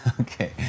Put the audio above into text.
Okay